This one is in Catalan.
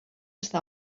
està